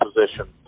position